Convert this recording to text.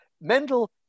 Mendel